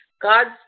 God's